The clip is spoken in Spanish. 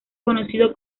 conocido